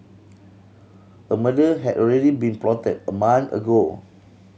a murder had already been plotted a month ago